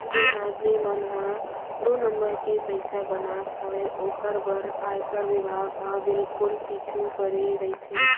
जेन आदमी मन ह दू नंबर के पइसा बनात हावय ओकर बर आयकर बिभाग हर बिल्कुल पीछू परे रइथे